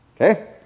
Okay